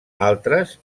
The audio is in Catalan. altres